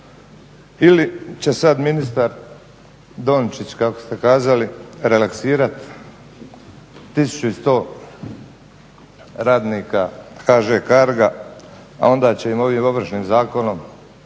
Ili će sad ministar Dončić, kako ste kazali, relaksirat 1100 radnika HŽ Cargo-a a onda će im ovim Ovršnim zakonom